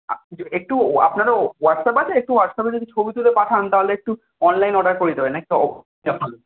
একটু আপনারও হোয়াটসঅ্যাপ আছে একটু হোয়াটসঅ্যাপে যদি ছবি তুলে পাঠান তাহলে একটু অনলাইন অর্ডার করে দিতে পারি নাকি হবে